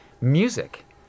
music